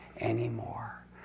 anymore